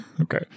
Okay